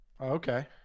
Okay